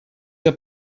que